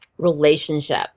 Relationship